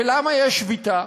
ולמה יש שביתה?